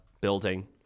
building